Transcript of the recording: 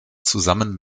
zusammen